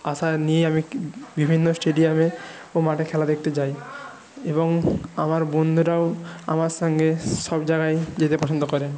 আশা নিয়ে আমি বিভিন্ন স্টেডিয়ামে ও মাঠে খেলা দেখতে যাই এবং আমার বন্ধুরাও আমার সঙ্গে সব জাগায় যেতে পছন্দ করে